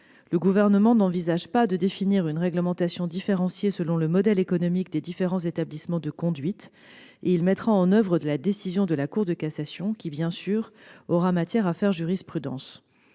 Le Gouvernement n'envisage pas de définir une réglementation différenciée selon le modèle économique des différents établissements de conduite. Il mettra en oeuvre la décision de la Cour de cassation, qui aura matière à faire jurisprudence.